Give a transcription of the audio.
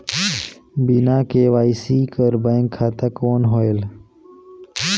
बिना के.वाई.सी कर बैंक खाता कौन होएल?